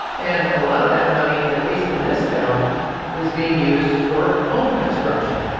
and a lot of that money at least in this town is being used for home construction.